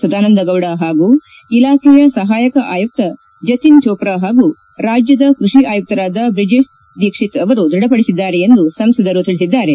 ಸದಾನಂದಗೌಡ ಹಾಗೂ ಇಲಾಖೆಯ ಸಹಾಯಕ ಆಯುಕ್ತ ಜತಿನ್ ಜೋಪ್ರಾ ಹಾಗೂ ರಾಜ್ಯದ ಕೃಷಿ ಆಯುಕ್ತರಾದ ಬ್ರಿಜೇಶ್ ದೀಕ್ಷಿತ್ ಅವರು ದೃಢಪಡಿಸಿದ್ದಾರೆ ಎಂದು ಸಂಸದರು ತಿಳಿಸಿದ್ದಾರೆ